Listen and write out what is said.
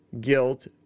guilt